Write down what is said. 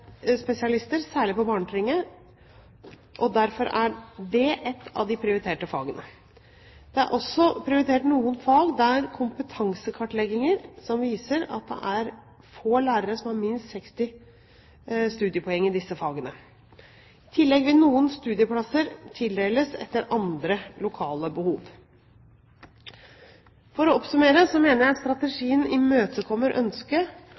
særlig på barnetrinnet, og derfor er det ett av de prioriterte fagene. Det er også prioritert noen fag der kompetansekartlegginger viser at det er få lærere som har minst 60 studiepoeng i disse fagene. I tillegg vil noen studieplasser tildeles etter andre lokale behov. For å oppsummere mener jeg strategien imøtekommer ønsket